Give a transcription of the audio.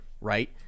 right